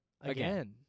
Again